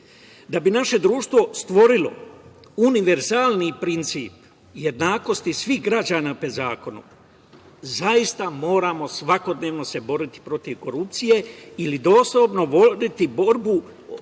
bi naše društvo stvorilo univerzalni princip jednakosti svih građana pred zakonom, zaista moramo svakodnevno se boriti protiv korupcije ili doslovno voditi borbu o primeni